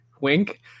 wink